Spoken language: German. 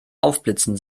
aufblitzen